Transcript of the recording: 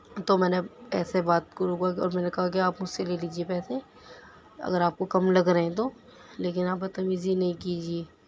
تو میں نے ایسے بات کو روکا کر اور میں نے کہا آپ مجھ سے لے لیجئے پیسے اگر آپ کو کم لگ رہے ہیں تو لیکن آپ بدتمیزی نہیں کیجئے